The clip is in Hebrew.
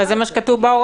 אבל זה מה שכתוב בהוראות.